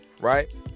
right